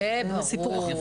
זה סיפור אחר.